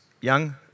young